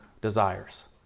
desires